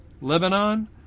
Lebanon